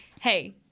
hey